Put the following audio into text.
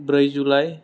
ब्रै जुलाइ